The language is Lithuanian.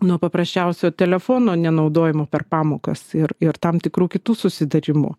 nuo paprasčiausio telefono nenaudojimo per pamokas ir ir tam tikrų kitų susitarimų